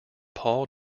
paul